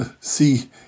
see